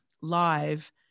live